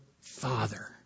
father